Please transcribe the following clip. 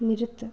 நிறுத்து